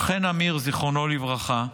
על חן אמיר, זיכרונו לברכה,